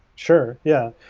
sure, yeah.